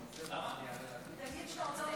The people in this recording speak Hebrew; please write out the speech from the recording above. ראיתי שניסית להגיע להצבעה.